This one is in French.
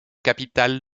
capitale